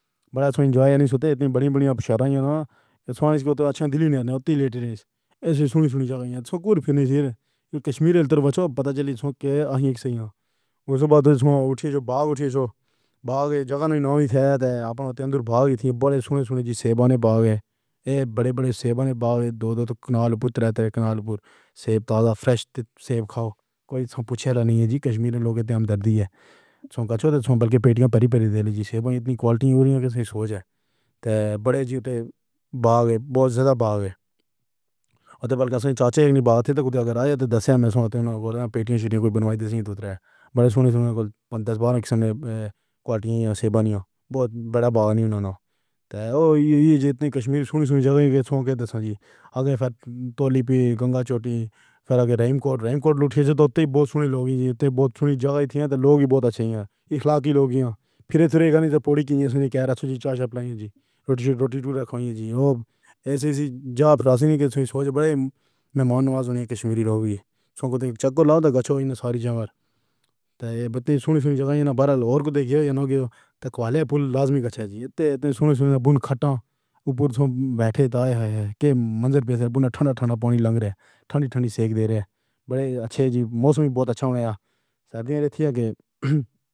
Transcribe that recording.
برسات جو ایسی سوتے ہیں، اتنی وڈی وڈی اب شرط ہے نا کہ کھانے کو تاں اچھا دل ہی نہیں ہوندی۔ لیٹسٹ ایسے سنائی سنائی جگہ کشمیر دا پتا چل جائے۔ اگے اٹھیئے، باغ اٹھیئے، باغ دی جگہ نا ہی نا ہووے اِتر آپݨاں بھاگ وڈے سنے سنے جی سیبانے والے۔ ایہ وڈے وڈے سیبانے باغ دو دو تاں کینال پور رات کینال پور۔ سیب تازہ، فرش سیب دا کوئی پُچھنا نہیں ہے جی کشمیری لوک دم دردی ہے سوچو بلکہ پیٹیاں بھریاں بھریاں دل جی سیوا اتنی کوالٹی ہو رہی ہے کہ سوچیں تاں وڈے جُوتے باغ بہت زیادہ باغ ہے تے بلکہ چاچا بات کروائے تاں دسے وچوں پیٹی بنوائی تاں اُترائے۔ وڈے سنے سنے دس بارا کوالٹی سیبانی ہے۔ بہت وڈا بھاگ نہ ہووے نا تاں ایہ اتنی کشمیری سُنی سُنی جگہ ایہ سبکے جی اگے تولی پیر، گنگا چوٹی، ریم کوٹ، ریم کوٹ تاں بہت سندر لوک سن۔ بہت ساری جگہ سی تے لوک وی بہت اچھے ہن۔ اخلاقی لوک جیئاں فیرے سن نہیں تاں پوری چاہ دی چاشنی روٹی ٹُٹی کھائیے جی ایسے اِس جگت توں سوچو وڈے۔ میں مننا ہے کہ کشمیری لوک وی چکر لا تاں زندگی ساری زمانہ۔ تاں ایہ سُنی سُنی جانے والاں کوں ݙیکھ یا انوکھی توجہ تاں کوئی وی لازمی ہے۔ ایہ سُن سُن بُن کھٹا اُتے بیٹھے تاں ایہاں دے منظر ٹھنڈا ٹھنڈا پانی لگ رہیا ہے۔ ٹھنڈی ٹھنڈی سیک ݙے رہیا ہے۔ وڈے اچھے جی موسم وی بہت اچھا ہو گیا۔ سردیاں سن کی۔